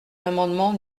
l’amendement